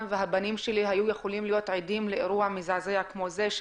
והבנים שלי היו יכולים להיות עדים לאירוע מזעזע כזה.